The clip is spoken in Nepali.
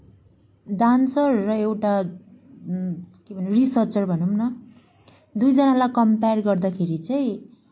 डान्सर र एउटा के भनौँ रिसर्चर भनौँ न दुईजनालाई कम्पेयर गर्दाखेरि चाहिँ